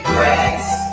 Grace